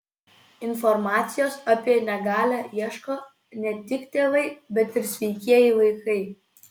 informacijos apie negalią ieško ne tik tėvai bet ir sveikieji vaikai